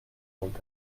old